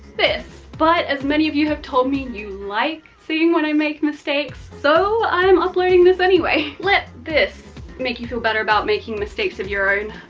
this. but as many you have told me, you like seeing when i make mistakes, so i'm uploading this anyway. let this make you feel better about making mistakes of your own.